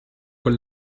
con